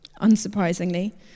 Unsurprisingly